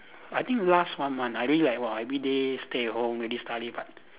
I think last one month I really like !wah! everyday stay at home really study but